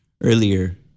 earlier